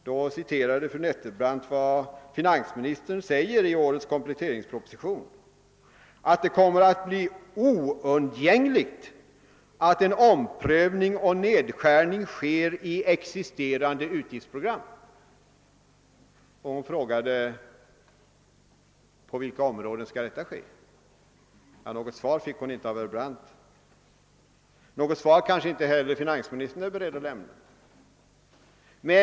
Då citerade fru Nettelbrandt finansministerns uttalande i årets kompletteringsproposition där det står, att det kommer att bli oundgängligt att en omprövning och nedskärning sker i existerande utgiftsprogram. Hon frågade vilka områden som skulle bli aktuella: Hon fick inte något svar av herr Brandt, och finansministern är kanske inte heller beredd att lämna något.